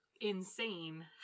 insane